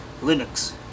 Linux